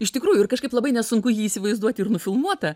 iš tikrųjų ir kažkaip labai nesunku jį įsivaizduoti ir nufilmuotą